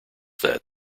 that